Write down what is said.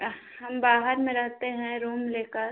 हम बाहर में रहते हैं रूम लेकर